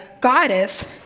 goddess